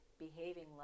Behaving